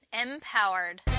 empowered